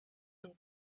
een